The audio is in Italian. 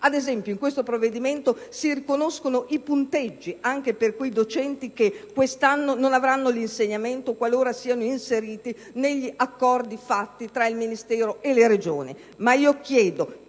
un esempio. Nel provvedimento in esame si riconoscono i punteggi anche per quei docenti che quest'anno non avranno l'incarico di insegnamento qualora siano inseriti negli accordi fatti tra il Ministero e le Regioni.